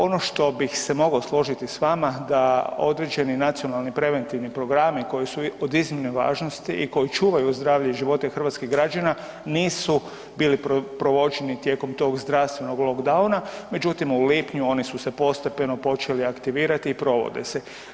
Ono što bih se mogao složiti s vama da određeni nacionalni preventivni programi koji su od iznimne važnosti i koji čuvaju zdravlje i živote hrvatskih građana nisu bili provođeni tijekom tog zdravstvenog lockdowna, međutim u lipnju oni su se postepeno počeli aktivirati i provode se.